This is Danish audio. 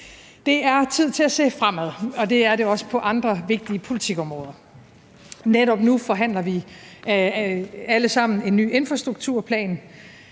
Det er tid til at se fremad, og det er det også på andre vigtige politikområder. Netop nu forhandler vi alle sammen en ny infrastrukturplan,